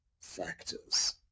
factors